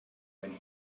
when